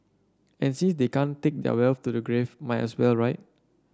and since they can't take their wealth to the grave might as well right